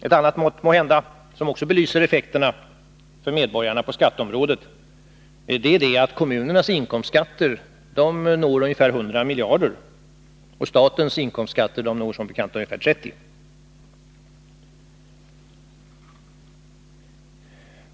Ett annat förhållande som måhända belyser effekterna för medborgarna på skatteområdet är att kommunernas inkomstskatter uppgår till ungefär 100 miljarder och statens som bekant till ungefär 30 miljarder.